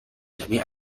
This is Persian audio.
شبیه